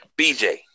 BJ